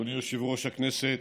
אדוני יושב-ראש הכנסת,